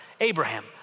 Abraham